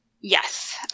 Yes